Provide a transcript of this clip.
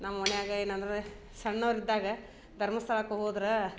ನಮ್ಮ ಮನ್ಯಾಗ ಏನಂದರೆ ಸಣ್ಣವರಿದ್ದಾಗ ಧರ್ಮಸ್ಥಳಕ್ಕೆ ಹೋದ್ರೆ